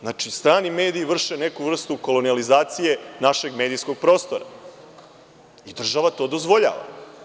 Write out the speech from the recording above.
Znači, strani mediji vrše neku vrstu kolonijalizacije našeg medijskog prostora i država to dozvoljava.